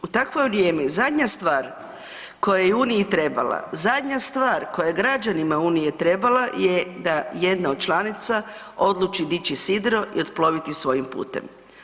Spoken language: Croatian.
U takvo vrijeme zadnja stvar kojoj je Uniji trebala, zadnja stvar koja je građanima Unije trebala je da jedna od članica odluči dići sidro i otploviti svojim putem.